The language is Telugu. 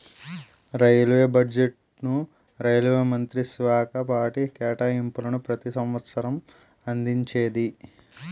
రైల్వే బడ్జెట్ను రైల్వే మంత్రిత్వశాఖ వాటి కేటాయింపులను ప్రతి సంవసరం అందించేది